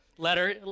Letter